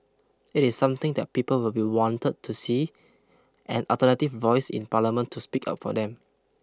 it is something that people will be wanted to see an alternative voice in parliament to speak up for them